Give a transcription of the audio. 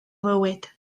fywyd